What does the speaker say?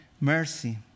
mercy